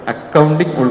Accounting